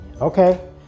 okay